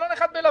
מלון אחד בלביא.